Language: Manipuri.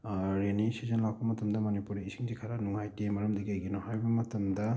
ꯔꯦꯅꯤ ꯁꯤꯖꯟ ꯂꯥꯛꯄ ꯃꯇꯝꯗ ꯃꯅꯤꯄꯨꯔ ꯏꯁꯤꯡꯁꯤ ꯈꯔ ꯅꯨꯡꯉꯥꯏꯇꯦ ꯃꯔꯝꯗꯤ ꯀꯔꯤꯒꯤꯅꯣ ꯍꯥꯏꯕ ꯃꯇꯝꯗ